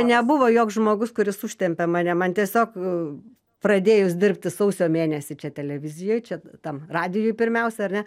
nebuvo joks žmogus kuris užtempė mane man tiesiog pradėjus dirbti sausio mėnesį čia televizijoj čia tam radijui pirmiausia ar ne